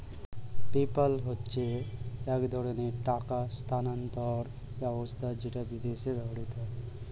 PayPal হচ্ছে এক ধরণের টাকা স্থানান্তর ব্যবস্থা যেটা বিদেশে ব্যবহৃত হয়